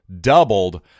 doubled